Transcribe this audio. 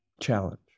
challenge